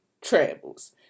Travels